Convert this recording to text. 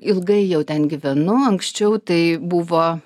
ilgai jau ten gyvenu anksčiau tai buvo